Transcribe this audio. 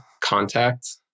contact